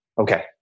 Okay